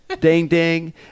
ding-ding